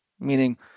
meaning